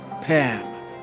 Pam